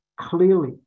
clearly